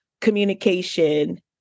communication